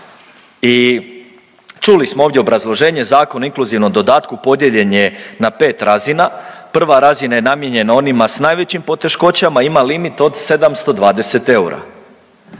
I čuli smo ovdje obrazloženje Zakon o inkluzivnom dodatku podijeljen je na pet razina, prva razina je namijenjena onima s najvećim poteškoćama i ima limit od 720 eura.